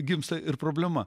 gimsta ir problema